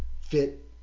fit